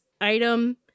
item